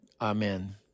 Amen